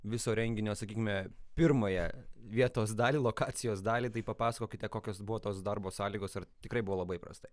viso renginio sakykime pirmąją vietos dalį lokacijos dalį tai papasakokite kokios buvo tos darbo sąlygos ar tikrai buvo labai prastai